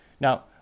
Now